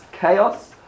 chaos